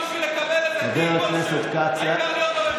חבר הכנסת כץ, אתה לא מתבייש?